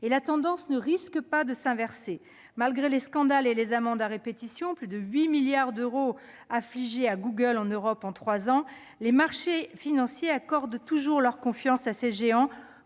Et la tendance ne risque pas de s'inverser ! Malgré les scandales et les amendes à répétition- plus de 8 milliards d'euros d'amendes infligés à Google en Europe en trois ans -, les marchés financiers continuent d'accorder leur confiance à ces géants,